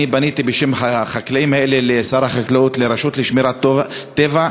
אני פניתי בשם החקלאים האלה לשר החקלאות ולרשות לשמורות הטבע,